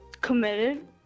Committed